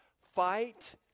Fight